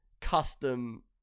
custom